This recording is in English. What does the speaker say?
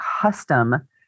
custom